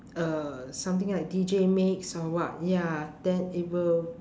uh something like D_J mix or what ya then it will